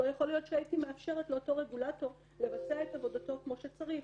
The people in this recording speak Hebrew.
לא בטוח שהייתי מאפשרת לאותו רגולטור לבצע את עבודתו כמו שצריך.